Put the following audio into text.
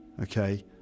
okay